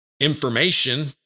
information